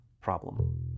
problem